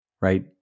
right